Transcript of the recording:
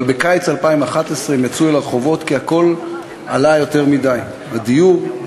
אבל בקיץ 2011 הם יצאו אל הרחובות כי הכול עלה יותר מדי הדיור,